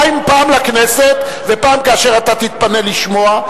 פעם לכנסת ופעם כאשר אתה תתפנה לשמוע.